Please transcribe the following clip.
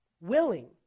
willing